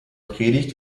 predigt